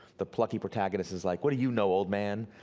the plucky protagonists is like what do you know, old man!